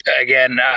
again